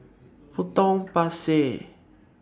Potong Pasir